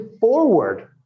forward